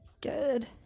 good